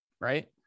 Right